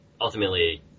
ultimately